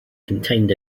contained